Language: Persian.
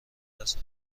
است